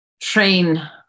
train